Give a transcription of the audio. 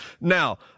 Now